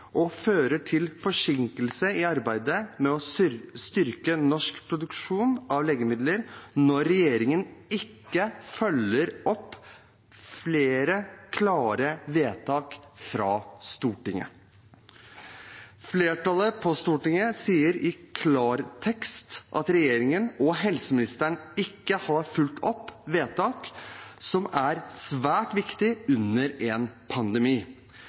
og fører til forsinkelse i arbeidet med å styrke norsk produksjon av legemidler når regjeringen ikke følger opp flere klare vedtak fra Stortinget. Flertallet på Stortinget sier i klartekst at regjeringen og helseministeren ikke har fulgt opp vedtak som er svært viktige under en pandemi.